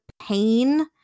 pain